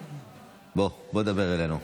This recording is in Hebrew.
בוא, בוא דבר אלינו.